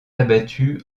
abattu